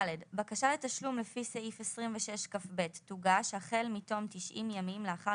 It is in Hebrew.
(ד)בקשה לתשלום לפי סעיף 26כב תוגש החל מתום 90 ימים לאחר